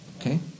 Okay